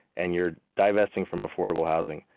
and you're divesting from affordable housing.